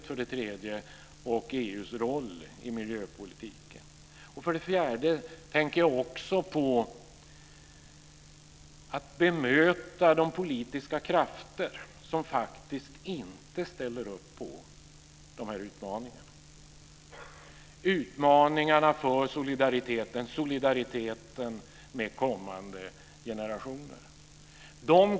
För det tredje det internationella samarbetet och För det fjärde tänker jag också på att bemöta de politiska krafter som faktiskt inte ställer upp på dessa utmaningar - utmaningarna för solidariteten med kommande generationer.